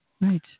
Right